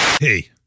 Hey